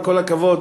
בכל הכבוד,